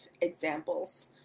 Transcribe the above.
examples